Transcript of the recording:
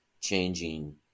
changing